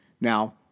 Now